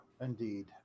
Indeed